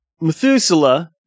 Methuselah